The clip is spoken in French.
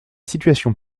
situation